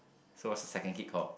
so what's the second kid call